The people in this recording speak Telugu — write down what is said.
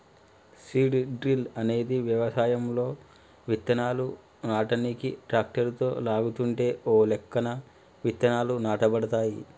సీడ్ డ్రిల్ అనేది వ్యవసాయంలో విత్తనాలు నాటనీకి ట్రాక్టరుతో లాగుతుంటే ఒకలెక్కన విత్తనాలు నాటబడతాయి